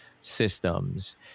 systems